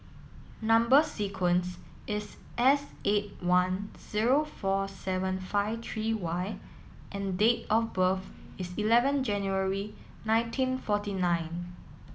number sequence is S eight one zero four seven five three Y and date of birth is eleven January nineteen forty nine